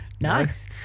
Nice